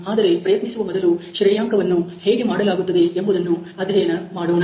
ಆದರೆ ಪ್ರಯತ್ನಿಸುವ ಮೊದಲು ಶ್ರೇಯಾಂಕವನ್ನು ಹೇಗೆ ಮಾಡಲಾಗುತ್ತದೆ ಎಂಬುದನ್ನು ಅಧ್ಯಯನ ಮಾಡೋಣ